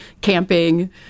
camping